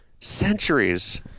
centuries